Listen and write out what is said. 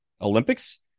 olympics